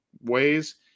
ways